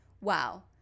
wow